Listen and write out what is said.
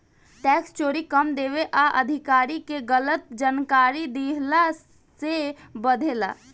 tax चोरी कम देवे आ अधिकारी के गलत जानकारी देहला से बढ़ेला